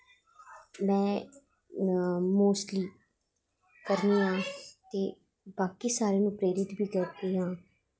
में मोस्टली करनी आं ते बाकी सारें नूं प्रेरित बी करदी आं